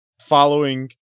following